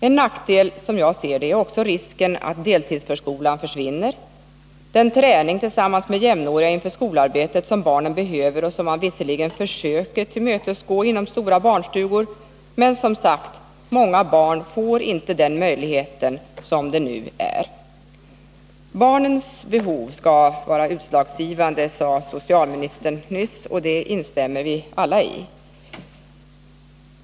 En nackdel, som jag ser det, är också risken att deltidsförskolan försvinner, en träning tillsammans med jämnåriga inför skolarbetet, som barnen behöver, och som man visserligen försöker tillmötesgå inom stora barnstugor, men som många barn inte får möjlighet till som det är nu. Barnens behov skall vara utslagsgivande, sade socialministern nyss, och det instämmer vi alla i.